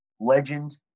legend